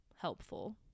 helpful